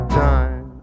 time